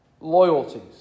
loyalties